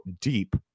deep